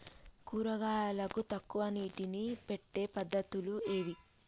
కూరగాయలకు తక్కువ నీటిని పెట్టే పద్దతులు ఏవి?